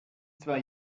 zwei